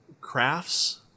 crafts